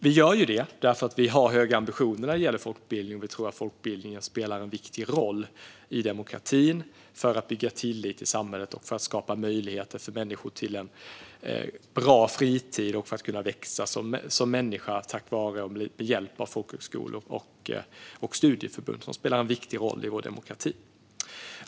Vi gör detta därför att vi har höga ambitioner när det gäller folkbildningen, och vi tror att den spelar en viktig roll i demokratin för att bygga tillit i samhället. Den är också viktig när det gäller att skapa möjligheter för människor till en bra fritid. Tack vare och med hjälp av folkhögskolor och studieförbund kan man växa som människa, och de spelar som sagt en viktig roll i vår demokrati.